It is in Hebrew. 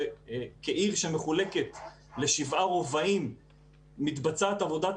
שכעיר שמחולקת לשבעה רובעים מתבצעת עבודת